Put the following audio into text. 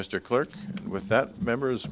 mr clerk with that members